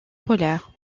polaires